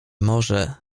może